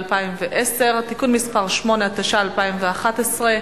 התשע"א 2011,